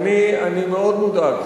אני מאוד מודאג,